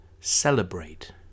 celebrate